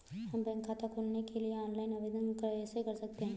हम बैंक खाता खोलने के लिए ऑनलाइन आवेदन कैसे कर सकते हैं?